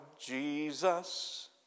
Jesus